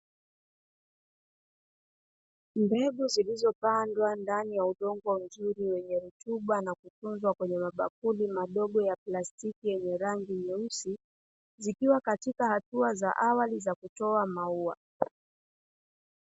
Mbegu zilizopandwa ndani ya udongo mzuri wenye rutuba, na kutunzwa kwenye mabakuli madogo ya plastiki yenye rangi nyeusi, zikiwa katika hatua ya awali ya kutoa maua.